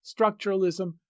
structuralism